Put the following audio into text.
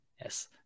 Yes